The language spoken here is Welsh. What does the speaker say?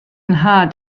nhad